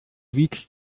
wiegst